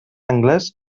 anglès